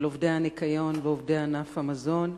של עובדי הניקיון ועובדי ענף המזון.